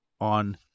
on